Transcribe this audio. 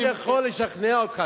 אני האחרון שיכול לשכנע אותך,